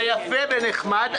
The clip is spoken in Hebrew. זה יפה ונחמד,